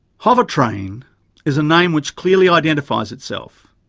hover train is a name which clearly identifies itself.